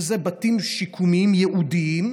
שזה בתים שיקומיים ייעודים,